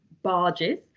barges